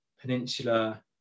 peninsula